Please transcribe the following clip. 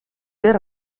del